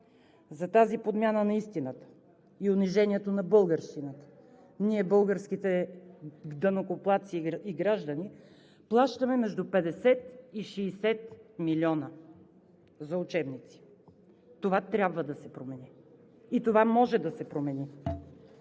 За тази подмяна на истината и унижението на българщината ние, българските данъкоплатци и граждани, плащаме между 50 и 60 милиона за учебници. Това трябва да се промени и това може да се промени.